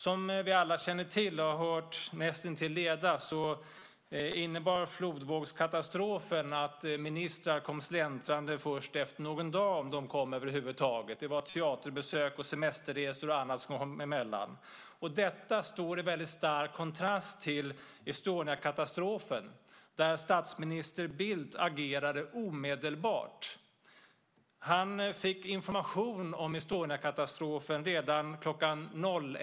Som vi alla känner till och har hört till näst intill leda kom efter flodvågskatastrofen ministrar släntrande först efter någon dag, om de kom över huvud taget. Det var teaterbesök, semesterresor och annat som kom emellan. Detta står i väldigt stark kontrast till Estoniakatastrofen, där statsminister Bildt agerade omedelbart. Han fick information om Estoniakatastrofen redan kl.